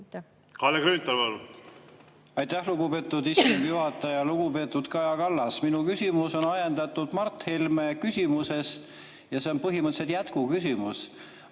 Kalle Grünthal, palun! Aitäh, lugupeetud istungi juhataja! Lugupeetud Kaja Kallas! Minu küsimus on ajendatud Mart Helme küsimusest ja on põhimõtteliselt jätkuküsimus.